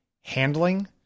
handling